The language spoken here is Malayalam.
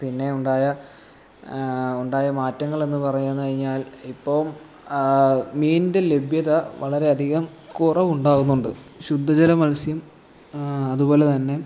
പിന്നെ ഉണ്ടായ ഉണ്ടായ മാറ്റങ്ങളെന്ന് പറഞ്ഞു കയിഞ്ഞാൽ ഇപ്പോൾ മീനിൻ്റെ ലഭ്യത വളരെ അധികം കുറവുണ്ടാവുന്നുണ്ട് ശുദ്ധജല മത്സ്യം അതുപോലെ തന്നെ